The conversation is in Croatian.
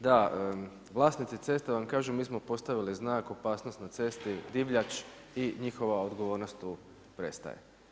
Da, vlasnici cesta vam kažu mi smo postavili znak opasnost na cesti, divljač i njihova odgovornost tu prestaje.